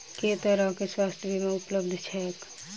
केँ तरहक स्वास्थ्य बीमा उपलब्ध छैक?